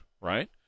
right